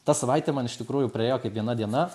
ta savaitė man iš tikrųjų praėjo kaip viena diena